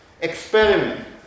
experiment